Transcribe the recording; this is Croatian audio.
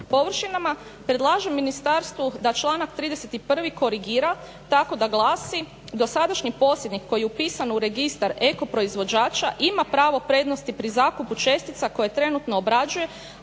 površinama predlažem ministarstvu da članak 31. korigira tako da glasi: "Dosadašnji posjednik koji je upisan u registar eko proizvođača ima pravo prednosti pri zakupu čestica koje trenutno obrađuje,